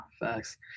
facts